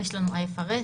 יש לנו מה לפרט.